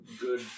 good